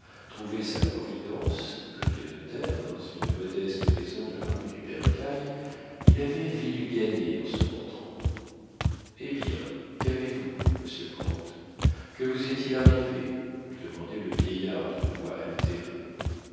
sa providence le vieux notaire dans une modeste maison de la rue du bercail il avait ville gagnée en se montrant hé bien qu'avez-vous monsieur le comte que vous est-il arrivé demandait le vieillard d'une voix altérée